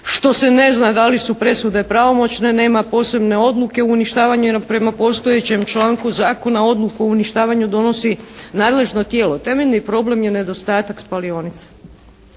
što se ne zna da li su presude pravomoćne, nema posebne odluke, uništavanje prema postojećem članku zakona, odluku o uništavanju donosi nadležno tijelo. Temeljni problem je nedostatak spalionice.